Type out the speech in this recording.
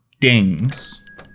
dings